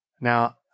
Now